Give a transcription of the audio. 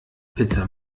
pizza